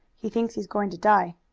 he thinks he's going to die.